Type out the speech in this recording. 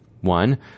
One